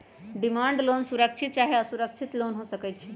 demand loan सुरक्षित चाहे असुरक्षित लोन हो सकइ छै